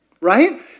Right